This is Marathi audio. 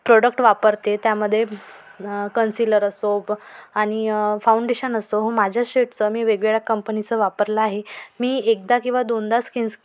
प्रोडक्ट वापरते त्यामध्ये कन्सिलर असो ब आणि फाऊंडेशन असो हो माझ्या शेडचं मी वेगवेगळ्या कंपनीचं वापरलं आहे मी एकदा किंवा दोनदा स्कीन्स